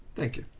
thank you.